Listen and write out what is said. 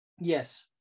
Yes